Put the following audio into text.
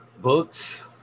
Books